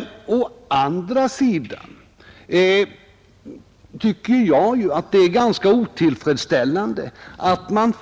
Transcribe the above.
Å andra sidan tycker jag att det är ganska otillfredsställande att man